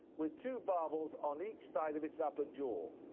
with two barbels on each side of its upper jaw.